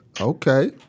Okay